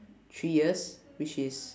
three years which is